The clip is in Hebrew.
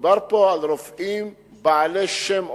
מדובר פה על רופאים בעלי שם עולמי,